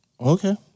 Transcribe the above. okay